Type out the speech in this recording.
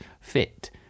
fit